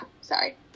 sorry